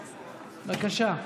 בבקשה.